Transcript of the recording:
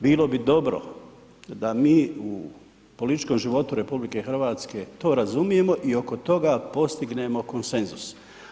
Bilo bi dobro da mi u političkom životu RH to razumijemo i oko toga postignemo konsenzus.